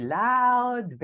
loud